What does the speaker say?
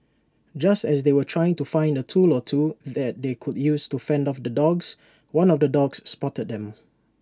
just as they were trying to find A tool or two that they could use to fend off the dogs one of the dogs spotted them